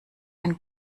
ein